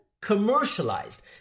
commercialized